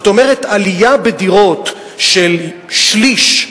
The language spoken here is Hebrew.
זאת אומרת, עלייה במחירי הדירות של שליש,